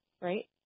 right